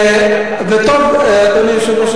אדוני היושב-ראש,